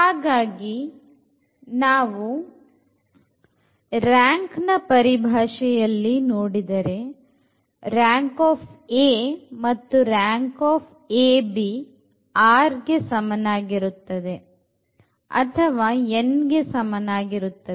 ಹಾಗಾಗಿ ನಾವು rankನ ಪರಿಭಾಷೆಯಲ್ಲಿ ನೋಡಿದರೆ rank ಮತ್ತು r ಗೆ ಸಮನಾಗಿರುತ್ತದೆ ಅಥವಾ n ಗೆ ಸಮನಾಗಿರುತ್ತದೆ